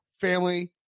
family